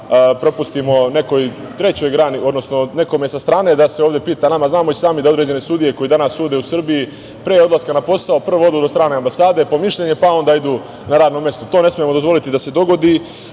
da dozvolimo da propustimo nekome sa strane da se ovde pita, a znamo i sami da određene sudije koje sude u Srbiji, pre odlaska na posao, prvo odu do strane ambasade, po mišljenje pa onda idu na radno mesto. To ne smemo dozvoliti da se dogodi,